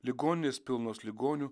ligoninės pilnos ligonių